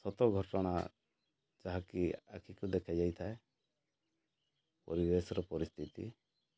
ସତ ଘଟଣା ଯାହାକି ଆଖିକୁ ଦେଖାଯାଇଥାଏ ପରିବେଶର ପରିସ୍ଥିତି